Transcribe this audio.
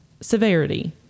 severity